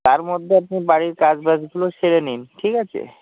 তার মধ্যে আপনি বাড়ির কাজ বাজগুলো সেরে নিন ঠিক আছে